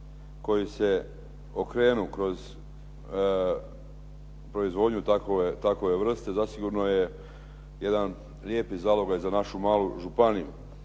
kojih se okrenu kroz proizvodnju takove vrste zasigurno je jedan lijepi zalogaj za našu malu županiju.